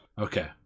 Okay